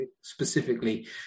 specifically